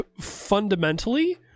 fundamentally